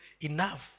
enough